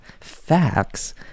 facts